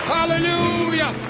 Hallelujah